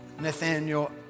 Nathaniel